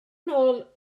nôl